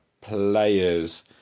players